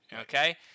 Okay